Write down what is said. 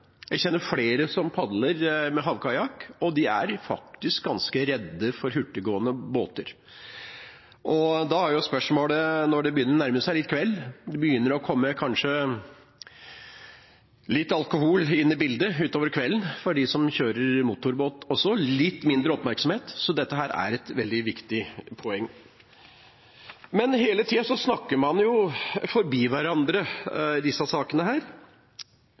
Jeg kjenner flere som padler havkajakk, og de er faktisk ganske redde for hurtiggående båter. Når kvelden nærmer seg, litt alkohol kommer inn i bildet, og de som kjører motorbåt, er litt mindre oppmerksomme, er dette et veldig viktig poeng. Hele tida snakker man forbi hverandre i disse sakene – ubevisst, eller kanskje bevisst. Det er åpenbart noe som lurer her,